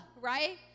right